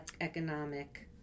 economic